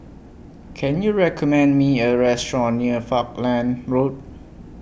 Can YOU recommend Me A Restaurant near Falkland Road